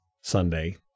Sunday